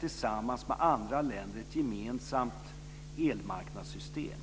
Tillsammans med andra länder utvecklar vi ett gemensamt elmarknadssystem.